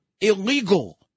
illegal